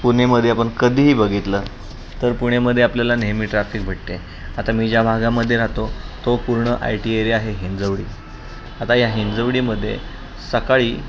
पुणेमध्ये आपण कधीही बघितल तर पुणेमध्ये आपल्याला नेहमी ट्रॅफिक भेटते आता मी ज्या भागामध्ये राहतो तो पूर्ण आय टी एरिया आहे हिंजवडी आता या हिंजवडीमध्ये सकाळी